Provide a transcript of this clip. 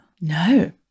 no